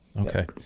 Okay